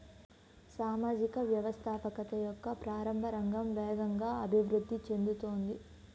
సామాజిక వ్యవస్థాపకత యొక్క ప్రారంభ రంగం వేగంగా అభివృద్ధి చెందుతోంది